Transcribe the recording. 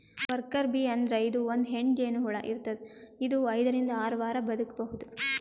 worker bee ಅಂದ್ರ ಇದು ಒಂದ್ ಹೆಣ್ಣ್ ಜೇನಹುಳ ಇರ್ತದ್ ಇದು ಐದರಿಂದ್ ಆರ್ ವಾರ್ ಬದ್ಕಬಹುದ್